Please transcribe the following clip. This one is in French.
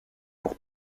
pour